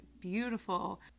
beautiful